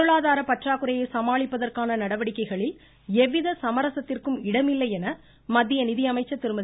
பொருளாதார பற்றாக்குறையை சமாளிப்பதற்கான நடவடிக்கைகளில் எவ்வித சமரசத்திற்கும் இடமில்லை என மத்திய நிதியமைச்சர் திருமதி